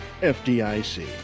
FDIC